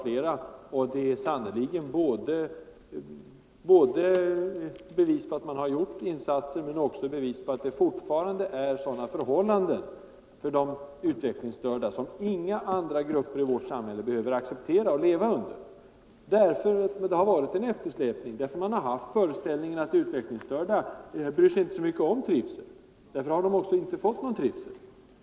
Där finns sannerligen bevis på att man har gjort insatser men också bevis på att det fortfarande är sådana förhållanden för de utvecklingsstörda som inga andra grupper i vårt samhälle behöver acceptera och leva under. Det har varit en eftersläpning. Man har haft föreställningen att utvecklingsstörda inte bryr sig så mycket om trivsel. Därför har de inte heller fått någon trivsel.